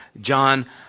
John